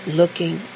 looking